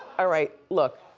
ah right, look,